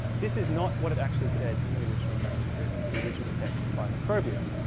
this is not what it actually said in the original manuscript or the original text by macrobius.